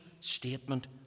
statement